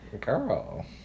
Girl